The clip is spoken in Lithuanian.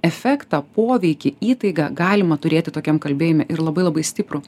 efektą poveikį įtaigą galima turėti tokiam kalbėjime ir labai labai stiprų